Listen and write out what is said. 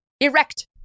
erect